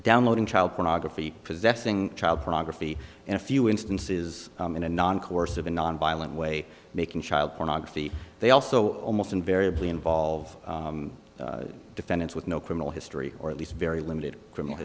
downloading child pornography possessing child pornography in a few instances in a non coercive and nonviolent way making child pornography they also almost invariably involve defendants with no criminal history or at least very limited criminal